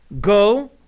go